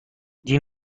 دین